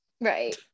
Right